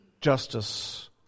justice